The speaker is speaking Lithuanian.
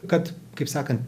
kad kaip sakant